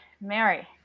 Mary